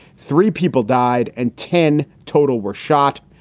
three people died and ten total were shot.